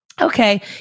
okay